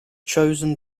chosen